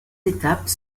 étapes